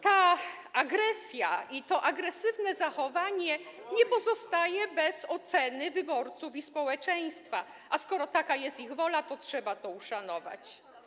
Ta agresja i to agresywne zachowanie nie pozostają bez oceny wyborców, społeczeństwa, a skoro taka jest ich wola, to trzeba to uszanować.